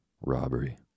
robbery